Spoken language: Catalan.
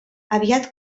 aviat